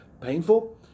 painful